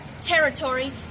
Territory